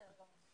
בסדר?